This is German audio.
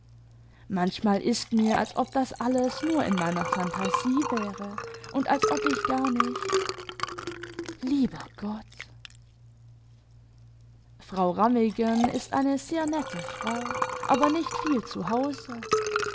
manchmal ist mir als ob das alles nur in meiner phantasie wäre und als ob ich gar nicht lieber gott frau rammigen ist eine sehr nette frau aber nicht viel zu hause